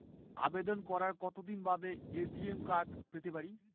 আবেদন করার কতদিন বাদে এ.টি.এম কার্ড পেতে পারি?